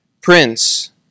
Prince